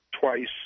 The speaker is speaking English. twice